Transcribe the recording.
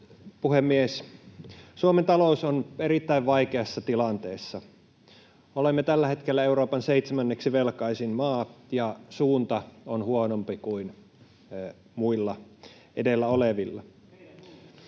Suomen talous on erittäin vaikeassa tilanteessa. Olemme tällä hetkellä Euroopan seitsemänneksi velkaisin maa, ja suunta on huonompi kuin muilla edellä olevilla.